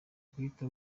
guhita